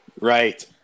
Right